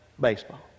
baseball